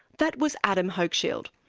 that was adam hochschild.